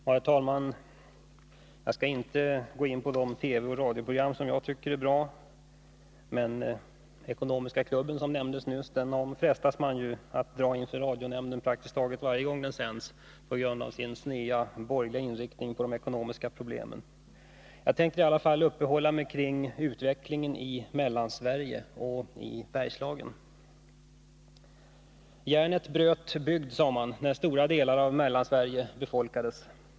Herr talman! Jag skall inte gå in på de TV och radioprogam som jag tycker är bra, men Ekonomiska klubben, som nämndes nyss, frestas man att dra inför radionämnden praktiskt taget varje gång på grund av dess ensidiga borgerliga inriktning när det gäller de ekonomiska problemen. Jag tänker uppehålla mig kring utvecklingen i Mellansverige och i Bergslagen. Järnet bröt bygd, sade man när stora delar av Mellansverige befolkades.